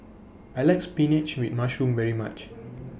I like Spinach with Mushroom very much